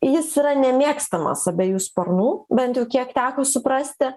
jis yra nemėgstamas abiejų sparnų bent jau kiek teko suprasti